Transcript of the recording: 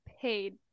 paid